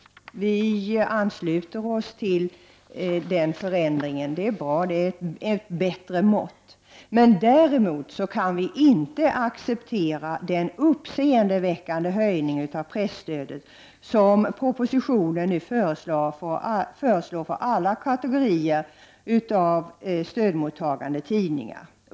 Vi ansluter oss till den förändringen, det är ett bättre mått. Däremot kan vi inte acceptera den uppseendeväckande höjning av presstödet som propositionen nu föreslår för alla kategorier av stödmottagande tidningar.